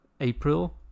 April